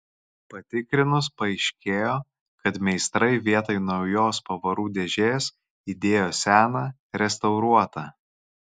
patikrinus paaiškėjo kad meistrai vietoj naujos pavarų dėžės įdėjo seną restauruotą